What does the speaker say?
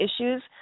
issues